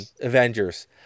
Avengers